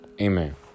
Amen